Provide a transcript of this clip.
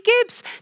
Gibbs